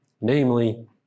namely